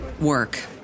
work